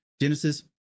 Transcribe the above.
Genesis